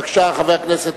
בבקשה, חבר הכנסת